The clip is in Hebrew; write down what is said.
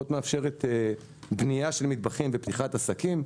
פחות מאפשרת בנייה של מטבחים ופתיחת עסקים.